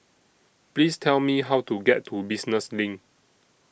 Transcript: Please Tell Me How to get to Business LINK